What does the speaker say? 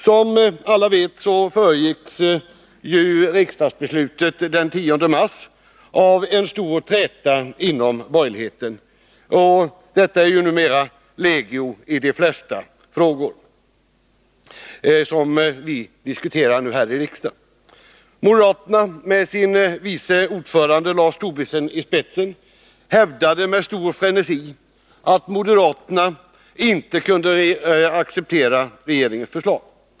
Som alla vet föregicks riksdagsbeslutet den 10 mars av en stor träta inom borgerligheten. Sådana trätor är numera legio i de flesta frågor som vi diskuterar här i riksdagen. Moderaterna, med sin vice ordförande Lars Tobisson i spetsen, hävdade med stor frenesi att moderaterna inte kunde acceptera regeringens förslag.